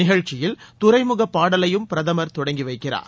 நிகழ்ச்சியில் துறைமுக பாடலையும் பிரதமர் தொடங்கி வைக்கிறார்